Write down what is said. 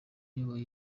uyoboye